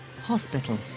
hospital